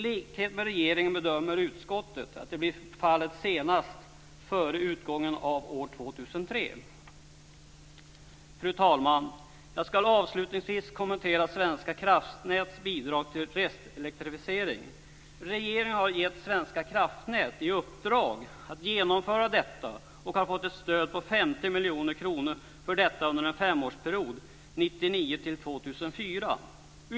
I likhet med regeringen bedömer utskottet att detta blir fallet senast före utgången av år 2003. Fru talman! Jag ska avslutningsvis kommentera Regeringen har gett Svenska kraftnät i uppdrag att genomföra detta och man har fått ett stöd på 50 miljoner kronor för detta under en femårsperiod, 1999 2004.